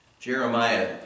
Jeremiah